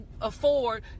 afford